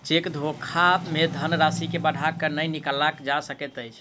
cheque धोखा मे धन राशि के बढ़ा क नै निकालल जा सकैत अछि